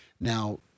Now